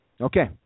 Okay